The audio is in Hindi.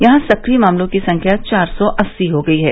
यहां सक्रिय मामलों की संख्या चार सौ अस्सी हो गई है